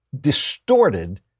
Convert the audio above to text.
distorted